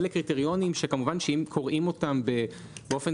אלה קריטריונים שאם קוראים אותם באופן